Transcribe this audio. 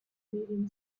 within